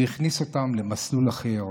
הוא הכניס אותם למסלול אחר,